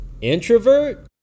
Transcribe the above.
introvert